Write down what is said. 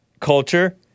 culture